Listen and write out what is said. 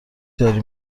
داری